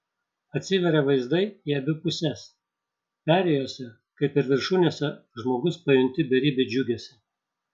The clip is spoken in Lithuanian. atsiveria vaizdai į abi puses perėjose kaip ir viršūnėse žmogus pajunti beribį džiugesį